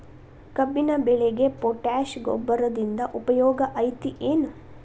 ಕಬ್ಬಿನ ಬೆಳೆಗೆ ಪೋಟ್ಯಾಶ ಗೊಬ್ಬರದಿಂದ ಉಪಯೋಗ ಐತಿ ಏನ್?